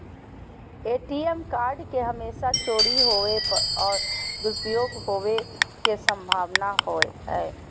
ATM card के हमेशा चोरी होवय और दुरुपयोग होवेय के संभावना हइ